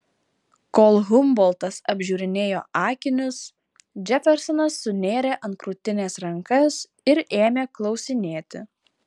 kol humboltas apžiūrinėjo akinius džefersonas sunėrė ant krūtinės rankas ir ėmė klausinėti